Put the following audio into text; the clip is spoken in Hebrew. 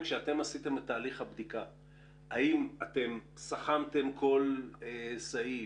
האם סכמתם כל סעיף?